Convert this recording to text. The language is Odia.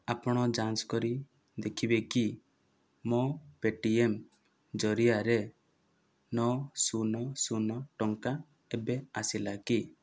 ଆପଣ ଯାଞ୍ଚ କରି ଦେଖିବେ କି ମୋ ପେ'ଟିଏମ୍ ଜରିଆରେ ନଅ ଶୂନ ଶୂନ ଟଙ୍କା ଏବେ ଆସିଲା କି